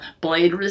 Blade